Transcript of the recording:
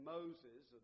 Moses